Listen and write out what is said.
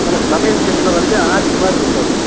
அப்பறோம் சமையல்கட்டில் வந்து ஆர்ச் மாதிரி இருக்கணும்